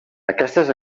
aquestes